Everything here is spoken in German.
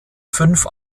fünf